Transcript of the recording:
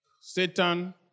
Satan